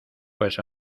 pues